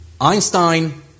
Einstein